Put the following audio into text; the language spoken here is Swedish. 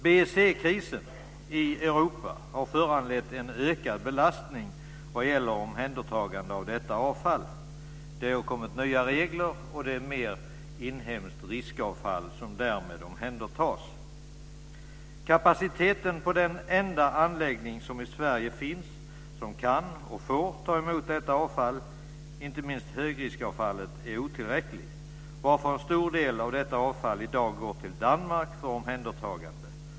BSE-krisen i Europa har föranlett en ökad belastning vad gäller omhändertagande av detta avfall. Det har kommit nya regler, och det är mer inhemskt riksavfall som omhändertas. Kapaciteten på den enda anläggning som i Sverige finns som kan och får ta emot detta avfall, inte minst högriskavfallet, är otillräcklig, varför en stor del av detta avfall i dag går till Danmark för omhändertagande.